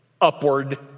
upward